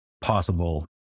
possible